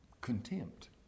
contempt